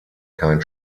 kein